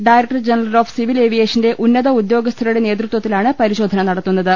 director general of civil ഏവിയേഷന്റെ ഉന്നത ഉദ്യോഗസ്ഥരുടെ നേതൃത്വത്തിലാണ് പരിശോധന നടത്തു ന്നത്